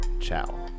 Ciao